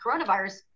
coronavirus